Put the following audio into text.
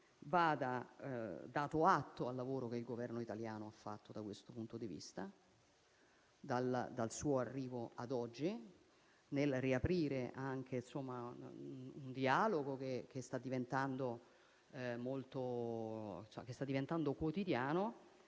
vada dato atto al lavoro che il Governo italiano ha fatto da questo punto di vista, dal suo arrivo ad oggi, nel riaprire anche un dialogo che sta diventando quotidiano